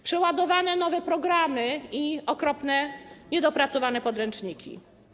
Przeładowane nowe programy i okropne, niedopracowane podręczniki.